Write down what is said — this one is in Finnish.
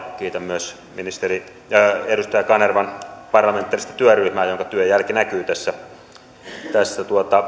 kiitän myös edustaja kanervan parlamentaarista työryhmää jonka työn jälki näkyy tässä tässä